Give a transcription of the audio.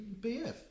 BF